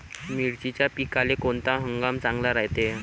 मिर्चीच्या पिकाले कोनता हंगाम चांगला रायते?